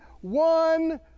one